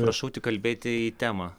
prašau tik kalbėti į temą